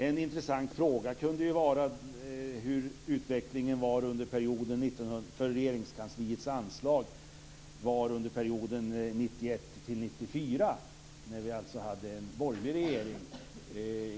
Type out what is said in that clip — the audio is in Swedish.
En intressant fråga kunde vara hur utvecklingen för Regeringskansliets anslag var under perioden 1991-1994, när vi hade en borgerlig regering.